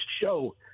show